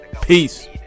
Peace